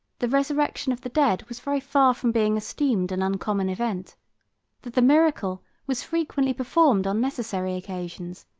the resurrection of the dead was very far from being esteemed an uncommon event that the miracle was frequently performed on necessary occasions,